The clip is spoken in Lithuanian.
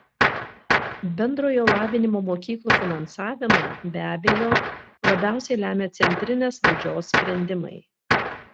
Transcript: bendrojo lavinimo mokyklų finansavimą be abejo labiausiai lemia centrinės valdžios sprendimai